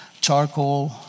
charcoal